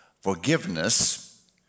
forgiveness